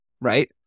right